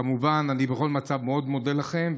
כמובן שאני בכל מצב מאוד מודה לכם,